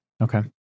Okay